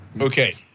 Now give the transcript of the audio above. Okay